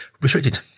restricted